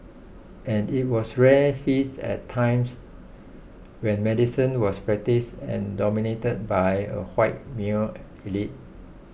and it was rare feats at a times when medicine was practised and dominated by a white male elite